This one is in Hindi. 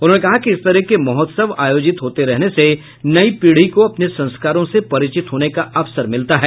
उन्होंने कहा कि इस तरह के महोत्सव आयोजित होते रहने से नई पीढ़ी को अपने संस्कारों से परिचित होने का अवसर मिलता है